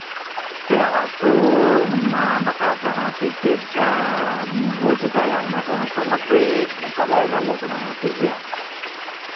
ᱥᱮ ᱟᱹᱛᱩ ᱵᱟᱠᱷᱨᱟ ᱛᱮᱦᱚᱸ ᱪᱮᱫᱼᱪᱮᱫ ᱵᱚ ᱪᱮᱠᱟᱭᱟ ᱚᱱᱟ ᱠᱚ ᱵᱟᱠᱷᱨᱟ ᱥᱟᱢᱚᱜᱨᱤᱠ ᱱᱚᱝᱠᱟᱞᱮ ᱟᱞᱳᱪᱚᱱᱟᱭᱟ ᱴᱷᱤᱠᱜᱮᱭᱟ